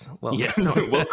Welcome